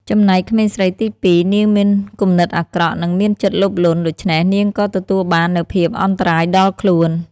ចំំណែកក្មេងស្រីទីពីរ នាងមានគំនិតអាក្រក់ និងមិនមានចិត្តលោភលន់ដូច្នេះនាងក៏ទទួលបាននូវភាពអន្តរាយដល់ខ្លួន។